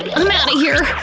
ah i'm outta here!